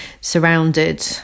surrounded